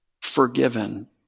forgiven